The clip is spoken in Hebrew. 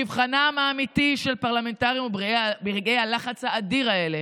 מבחנם האמיתי של פרלמנטרים הוא ברגעי הלחץ האדיר האלה.